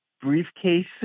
briefcase